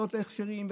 לא ניתן הכשרים,